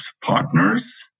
partners